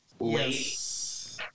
Yes